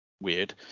weird